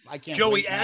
Joey